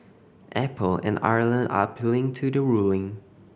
apple and Ireland are appealing to the ruling